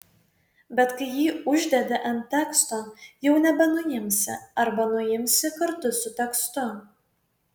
bet kai jį uždedi ant teksto jau nebenuimsi arba nuimsi kartu su tekstu